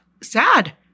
sad